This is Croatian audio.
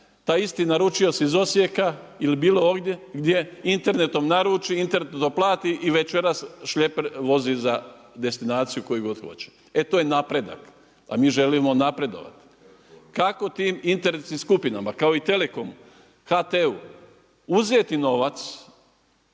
taj isti naručioc iz Osijeka ili bilo ovdje gdje internetom naruči, internetom to plati i večeras šleper vozi za destinaciju koju god hoće. E to je napredak, a mi želimo napredovati. Kako tim interesnim skupinama kao i telekomu, HT-u uzeti novac?